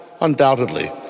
undoubtedly